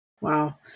Wow